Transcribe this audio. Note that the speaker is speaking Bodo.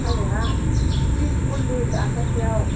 थालिरा ट्रिस सलिस आखासेआव